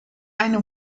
eine